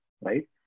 right